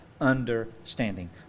understanding